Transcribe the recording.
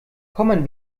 kommen